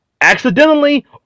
accidentally